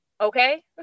Okay